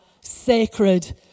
sacred